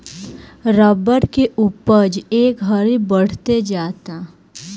rubber के उपज ए घड़ी बढ़ते जाता